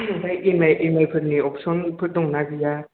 आमफ्राइ EMI EMI फोरनि अपसनफोर दंना गैया